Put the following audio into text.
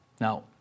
Now